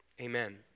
Amen